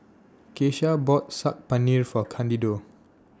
Kesha bought Saag Paneer For Candido